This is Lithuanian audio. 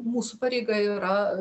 mūsų pareiga yra